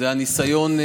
זה הניסיון,